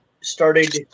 started